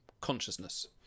consciousness